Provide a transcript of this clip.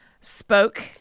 spoke